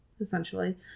Essentially